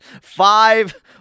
Five